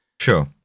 Sure